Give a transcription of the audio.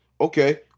Okay